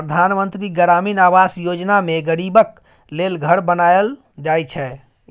परधान मन्त्री ग्रामीण आबास योजना मे गरीबक लेल घर बनाएल जाइ छै